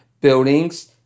buildings